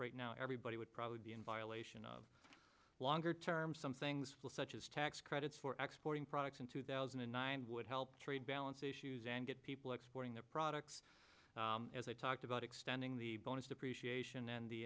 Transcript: right now everybody would probably be in violation of longer term some things such as tax credits for exploiting products in two thousand and nine would help trade balance issues and get people exporting their products as i talked about extending the bonus depreciation and